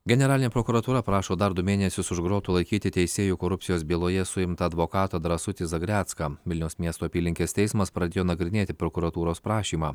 generalinė prokuratūra prašo dar du mėnesius už grotų laikyti teisėjų korupcijos byloje suimtą advokatą drąsutį zagrecką vilniaus miesto apylinkės teismas pradėjo nagrinėti prokuratūros prašymą